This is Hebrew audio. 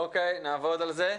אוקיי, נעבוד על זה.